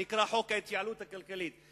חוק ההתייעלות הכלכלית,